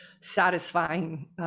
satisfying